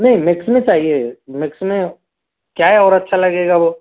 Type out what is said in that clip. नहीं मिक्स में चाहिए मिक्स में क्या है और अच्छा लगेगा वह